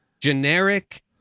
generic